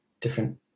different